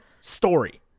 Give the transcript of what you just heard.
story